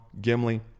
Gimli